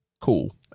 cool